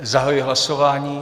Zahajuji hlasování.